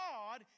God